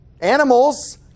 Animals